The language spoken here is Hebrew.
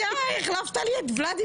נתקבלה.